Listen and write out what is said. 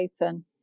open